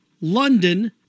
London